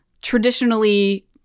traditionally